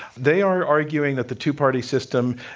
they are arguing that the two party system,